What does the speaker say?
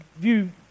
view